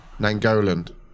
Nangoland